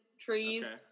trees